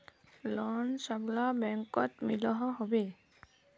Loan सबला बैंकोत मिलोहो होबे?